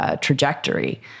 trajectory